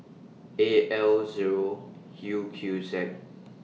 A L Zero U Q Z